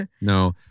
No